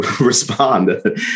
respond